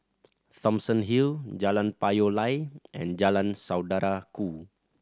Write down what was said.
Thomson Hill Jalan Payoh Lai and Jalan Saudara Ku